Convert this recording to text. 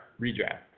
Redraft